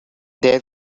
there